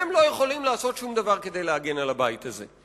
הם לא יכולים לעשות שום דבר כדי להגן על הבית הזה,